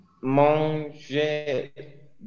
manger